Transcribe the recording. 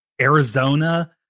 Arizona